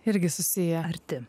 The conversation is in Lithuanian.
irgi susiję arti